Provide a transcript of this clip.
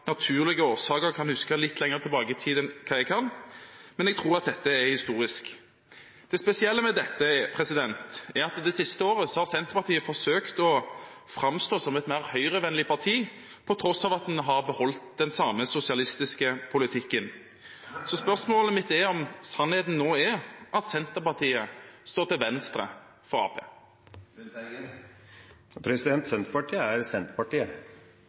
naturlige årsaker kan huske litt lenger tilbake i tid enn hva jeg kan, men jeg tror at dette er historisk. Det spesielle med dette er at det siste året har Senterpartiet forsøkt å framstå som et mer høyrevennlig parti, på tross av at en har beholdt den samme sosialistiske politikken. Spørsmålet mitt er om sannheten nå er at Senterpartiet står til venstre for Arbeiderpartiet. Senterpartiet er Senterpartiet, så det er